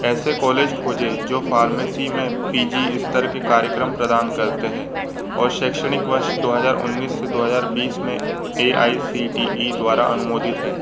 ऐसे कॉलेज खोजें जो फ़ार्मेसी में पी जी स्तर के कार्यक्रम प्रदान करते हैं और शैक्षणिक वर्ष दो हज़ार उन्नीस से दो हज़ार बीस में A I C T E द्वारा अनुमोदित है